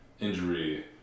injury